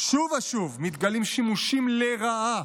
גיסא שוב ושוב מתגלים שימושים לרעה